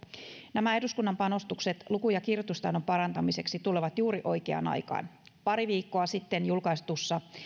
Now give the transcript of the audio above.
nämä eduskunnan panostukset luku ja kirjoitustaidon parantamiseksi tulevat juuri oikeaan aikaan pari viikkoa sitten julkaistuissa